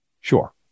Sure